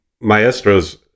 maestros